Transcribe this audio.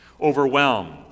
Overwhelmed